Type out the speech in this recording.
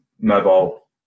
mobile